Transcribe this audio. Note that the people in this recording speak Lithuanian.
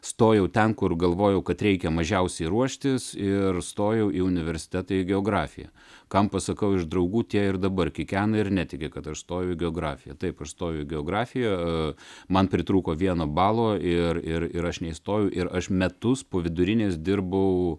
stojau ten kur galvojau kad reikia mažiausiai ruoštis ir stojau į universitetą į geografiją kam pasakau iš draugų tie ir dabar kikena ir netiki kad aš stojau į geografiją taip aš stojau į geografija man pritrūko vieno balo ir ir ir aš neįstojau ir aš metus po vidurinės dirbau